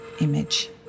image